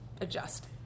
adjust